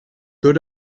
door